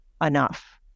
enough